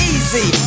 Easy